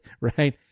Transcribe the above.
right